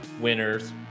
winners